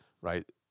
right